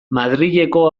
madrileko